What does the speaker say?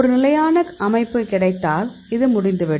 ஒரு நிலையான அமைப்பு கிடைத்தால் இது முடிந்துவிடும்